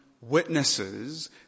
witnesses